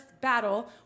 battle